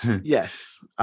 Yes